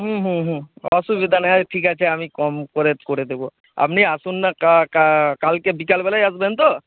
হুম হুম হুম অসুবিধা নেই আচ্ছা ঠিক আছে আমি কম করে করে দেবো আপনি আসুন না কালকে বিকেলবেলায় আসবেন তো